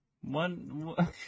One